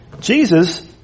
Jesus